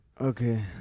Okay